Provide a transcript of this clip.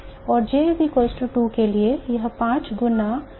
और J 2 के लिए यह पाँच गुना है